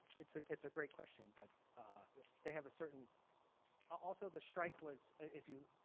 it's ah it's a great question, but they have a certain also the strike was if you